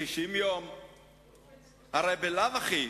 ואני לא מדבר לא ברמה האישית ולא ברמה של כישורים אישיים לנהל דבר כזה,